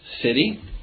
city